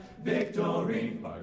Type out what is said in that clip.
victory